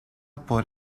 por